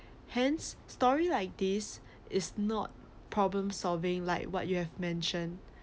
hence story like this is not problem solving like what you have mentioned